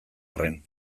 arren